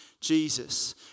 Jesus